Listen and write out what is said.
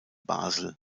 basel